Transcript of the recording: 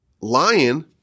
lion